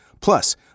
Plus